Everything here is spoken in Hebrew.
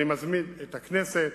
אני מזמין את הכנסת